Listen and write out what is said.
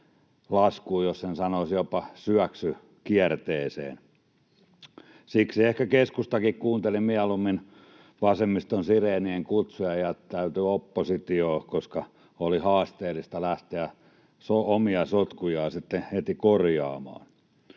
laskuun tai, jos en sanoisi, jopa syöksykierteeseen. Siksi ehkä keskustakin kuunteli mieluummin vasemmiston sireenien kutsua ja jättäytyi oppositioon, koska oli haasteellista lähteä omia sotkujaan sitten heti korjaamaan.